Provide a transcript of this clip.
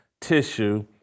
tissue